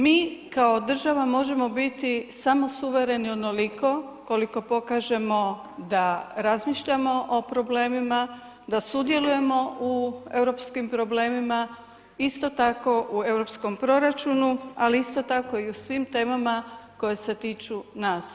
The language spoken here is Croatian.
Mi kao država možemo biti samo suvereni onoliko koliko pokažemo da razmišljamo o problemima, da sudjelujemo u europskim problemima, isto tako u europskom proračunu ali isto tako i u svim temama koje se tiču nas.